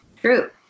true